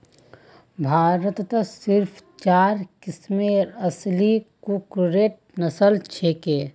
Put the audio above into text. भारतत सिर्फ चार किस्मेर असली कुक्कटेर नस्ल हछेक